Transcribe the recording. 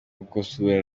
gukosora